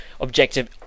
objective